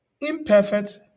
imperfect